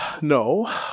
no